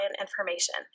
information